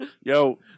yo